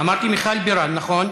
אמרתי מיכל בירן, נכון.